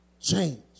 change